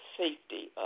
safety